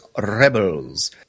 Rebels